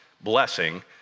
Blessing